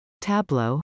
Tableau